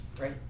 Right